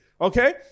Okay